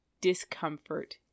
discomfort